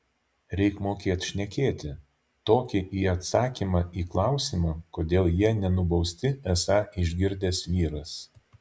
reik mokėt šnekėti tokį į atsakymą į klausimą kodėl jie nenubausti esą išgirdęs vyras